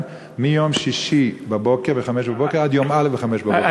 מיום שישי ב-05:00 עד יום א' ב-05:00.